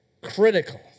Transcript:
Critical